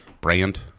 brand